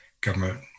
government